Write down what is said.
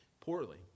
poorly